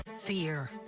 Fear